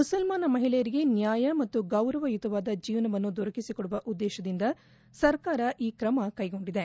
ಮುಸಲ್ಲಾನ ಮಹಿಳೆಯರಿಗೆ ನ್ಯಾಯ ಮತ್ತು ಗೌರವಯುತವಾದ ಜೀವನವನ್ನು ದೊರಕಿಸಿ ಕೊಡುವ ಉದ್ದೇಶದಿಂದ ಸರ್ಕಾರ ಕ ್ರಮ ಕೈಗೊಂಡಿದೆ